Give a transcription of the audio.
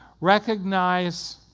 Recognize